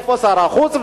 ואיפה שר החוץ?